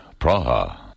Praha